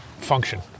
function